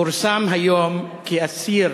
פורסם היום כי אסיר